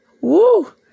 woo